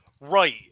Right